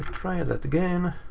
try that again.